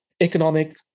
economic